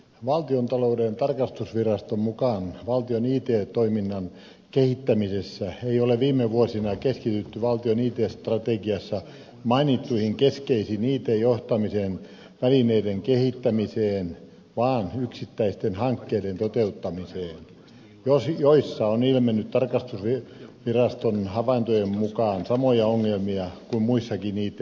valtiontalouden tarkastusviraston mukaan valtion it toiminnan kehittämisessä ei ole viime vuosina keskitytty valtion it strategiassa mainittujen keskeisten it johtamisen välineiden kehittämiseen vaan yksittäisten hankkeiden toteuttamiseen joissa on ilmennyt tarkastusviraston havaintojen mukaan samoja ongelmia kuin muissakin it hankkeissa